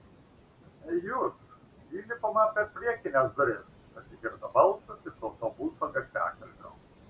ei jūs įlipama per priekines duris pasigirdo balsas iš autobuso garsiakalbio